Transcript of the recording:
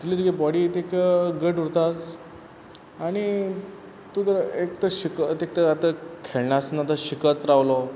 तितली तुगे बॉडी तेक घट उरता आनी तूं तर एकटो शिक तेक आतां खेळणा आसतना तर शिकत रावलो